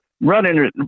running